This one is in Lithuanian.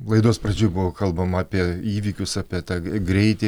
laidos pradžioje buvo kalbama apie įvykius apie tą greitį